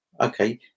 okay